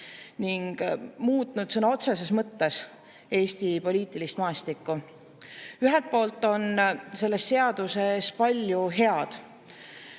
ning sõna otseses mõttes muutnud Eesti poliitilist maastikku. Ühelt poolt on selles seaduses palju head.